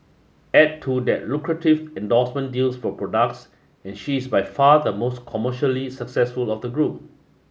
add to that lucrative endorsement deals for products and she is by far the most commercially successful of the group